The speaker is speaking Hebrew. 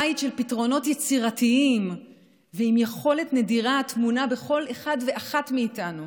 בית של פתרונות יצירתיים ועם יכולת נדירה הטמונה בכל אחד ואחת מאיתנו